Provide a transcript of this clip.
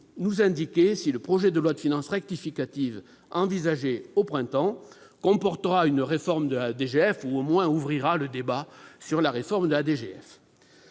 nous indiquer si le projet de loi de finances rectificative envisagé au printemps comportera une réforme de la DGF ou, au moins, ouvrira le débat sur ce point ? La